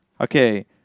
Okay